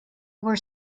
were